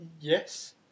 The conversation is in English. Yes